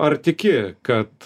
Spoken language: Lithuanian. ar tiki kad